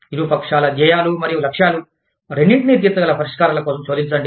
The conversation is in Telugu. ఇరు పక్షాల ధ్యేయాలు మరియు లక్ష్యాలు రెండింటినీ తీర్చగల పరిష్కారాల కోసం శోధించండి